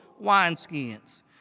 wineskins